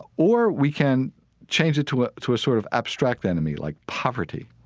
or we can change it to it to a sort of abstract enemy like poverty